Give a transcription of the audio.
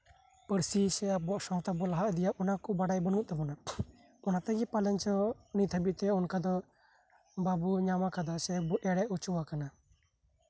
ᱯᱟᱹᱨᱥᱤ ᱥᱮ ᱥᱟᱶᱛᱟ ᱵᱚᱱ ᱞᱟᱦᱟ ᱤᱫᱤᱭᱮᱭ ᱟ ᱚᱱᱟ ᱠᱚ ᱵᱟᱲᱟᱭ ᱵᱟᱹᱱᱩᱜᱼᱟ ᱚᱱᱟᱛᱮᱜᱮ ᱯᱟᱞᱮᱱ ᱪᱚ ᱱᱤᱛ ᱦᱟᱹᱵᱤᱡᱛᱮ ᱚᱱᱠᱟ ᱫᱚ ᱵᱟᱵᱚ ᱧᱟᱢ ᱠᱟᱫᱟ ᱮᱲᱮ ᱥᱟᱶᱛᱮ